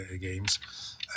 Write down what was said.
Games